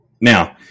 Now